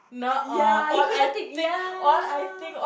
ya you could have take ya